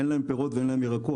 אין להן פירות ואין להן ירקות.